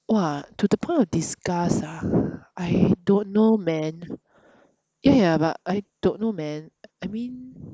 !wah! to the point of disgust ah I don't know man ya ya but I don't know man I mean